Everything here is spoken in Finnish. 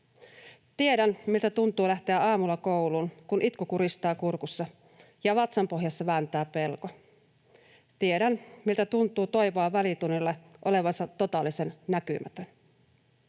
Tiedän, miltä tuntuu lähteä aamulla kouluun, kun itku kuristaa kurkussa ja vatsanpohjassa vääntää pelko. Tiedän, miltä tuntuu toivoa välitunnilla olevansa totaalisen näkymätön.